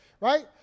right